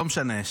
לא משנה,